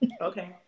Okay